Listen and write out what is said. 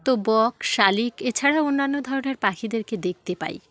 তো বক শালিক এছাড়াও অন্যান্য ধরনের পাখিদেরকে দেখতে পাই